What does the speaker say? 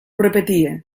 repetia